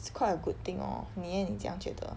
it's quite a good thing lor 你 eh 你怎样觉得